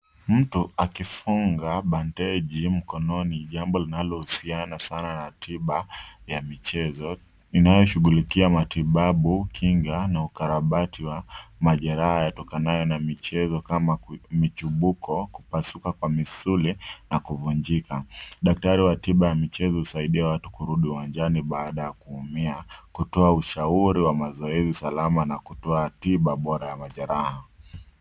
Mtu akifunga bendeji mkononi ni jambo linalohusiana sana na tiba ya michezo, inayo shughulikia matibabu, kinga na ukarabati wa majeraha yatokanayo na michezo kama michubuko, kupasuka kwa misuli na kuvunjika. Daktari wa tiba ya michezo husaidia watu kurudi uwanjani baada ya kuumia, kutoa ushauri wa mazoezi salama, na kutoa tiba bora ya majeraha.